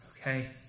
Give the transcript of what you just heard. Okay